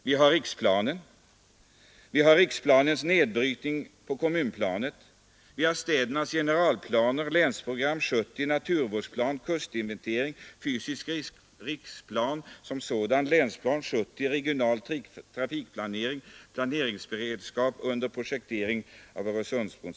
Vi har riksplanen, riksplanens nedbrytning på kommunplanet, städernas generalplaner, Länsprogram 70 naturvårdsplanen, kustinventeringen, fysiska riksplaner som sådana, Länsplan 70, den regionala trafikplaneringen och planeringsberedskapen under projekteringen av Öresundsbron.